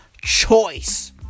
choice